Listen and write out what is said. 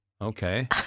Okay